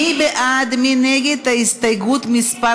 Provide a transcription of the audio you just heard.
מי בעד ומי נגד הסתייגות מס'